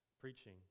preaching